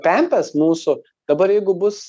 pempės mūsų dabar jeigu bus